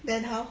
then how